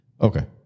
Okay